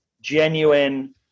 genuine